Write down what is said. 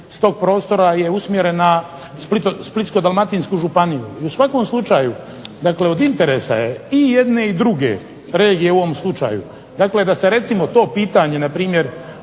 s tog prostora je usmjeren na Splitsko-dalmatinsku županiju. I u svakom slučaju, dakle od interesa je i jedne i druge regije u ovom slučaju, dakle da se recimo to pitanje na primjer